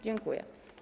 Dziękuję.